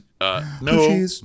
No